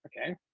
okay